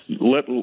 let